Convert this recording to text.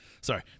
Sorry